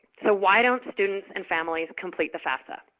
so why don't students and families complete the fafsa?